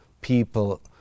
people